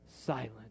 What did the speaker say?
silent